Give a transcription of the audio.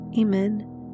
Amen